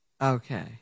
Okay